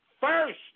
first